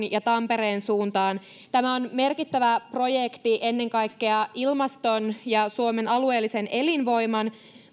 ja tampereen suuntaan tämä on merkittävä projekti ennen kaikkea ilmaston ja suomen alueellisen elinvoiman